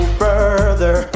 further